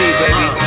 baby